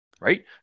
right